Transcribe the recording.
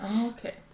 Okay